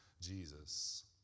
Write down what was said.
Jesus